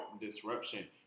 disruption